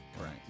Right